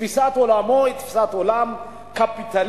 תפיסת עולמו היא תפיסת עולם קפיטליסטית,